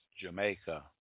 Jamaica